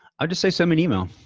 i'd just say, send me an email,